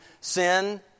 sin